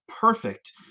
perfect